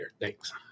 Thanks